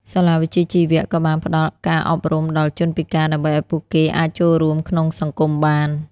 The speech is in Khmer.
សាលាវិជ្ជាជីវៈក៏បានផ្តល់ការអប់រំដល់ជនពិការដើម្បីឱ្យពួកគេអាចចូលរួមក្នុងសង្គមបាន។